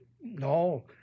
no